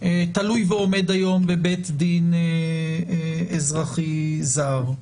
תלוי ועומד היום בבית דין אזרחי זר,